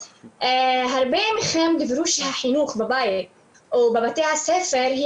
הרבה מכם דיברו שהחינוך בבית או בבתי הספר היא